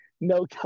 no